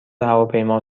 هواپیما